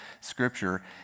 Scripture